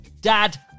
dad